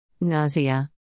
Nausea